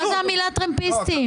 מה זאת המילה טרמפיסטים?